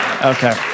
Okay